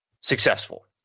successful